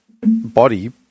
body